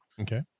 okay